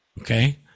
Okay